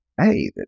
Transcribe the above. hey